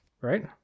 right